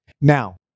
now